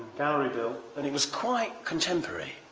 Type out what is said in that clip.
gallery built and it was quite contemporary.